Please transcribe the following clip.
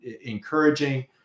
encouraging